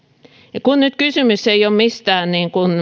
kun nyt kysymys ei ole mistään